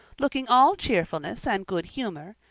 looking all cheerfulness and good-humour,